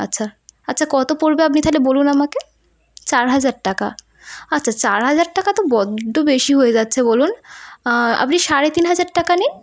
আচ্ছা আচ্ছা কত পড়বে আপনি তাহলে বলুন আমাকে চার হাজার টাকা আচ্চা চার হাজার টাকা তো বড্ড বেশি হয়ে যাচ্ছে বলুন আপনি সাড়ে তিন হাজার টাকা নিন